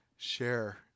Share